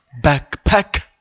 backpack